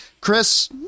Chris